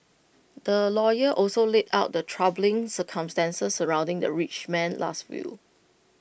the lawyer also laid out the troubling circumstances surrounding the rich man's Last Will